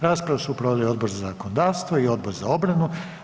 Raspravu su proveli Odbor za zakonodavstvo i Odbor za obranu.